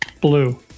Blue